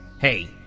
hey